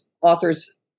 authors